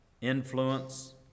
influence